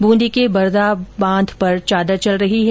बूंदी के बरधा बांध पर चादर चल गई है